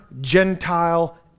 Gentile